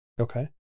Okay